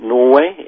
Norway